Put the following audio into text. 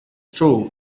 true